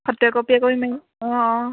photo একপি একপি মাৰিম অঁ অঁ